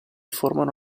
formano